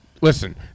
listen